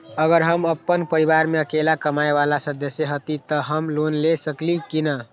अगर हम अपन परिवार में अकेला कमाये वाला सदस्य हती त हम लोन ले सकेली की न?